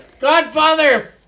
godfather